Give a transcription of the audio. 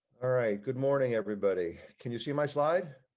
all right good morning. everybody can you see my side.